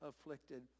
afflicted